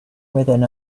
within